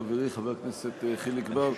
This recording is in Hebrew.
חברי חבר הכנסת חיליק בר,